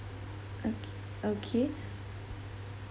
okay okay